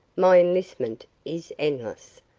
my enlistment is endless.